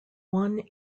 one